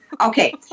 Okay